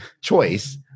choice